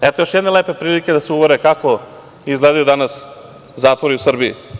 Eto još jedne lepe prilike da se uvere kako izgledaju danas zatvori u Srbiji.